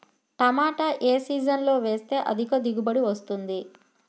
టమాటా ఏ సీజన్లో వేస్తే అధిక దిగుబడి వస్తుంది?